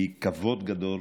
היא כבוד גדול